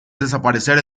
desaparecer